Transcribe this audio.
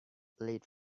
late